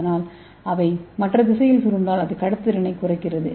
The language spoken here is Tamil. ஆனால் அது மற்ற திசையில் சுருண்டால் அது கடத்துத்திறனைக் குறைக்கிறது